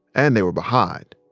and they were behind.